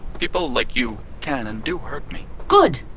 people like you can and do hurt me good!